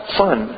fun